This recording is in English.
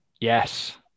Yes